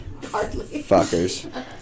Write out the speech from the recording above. Fuckers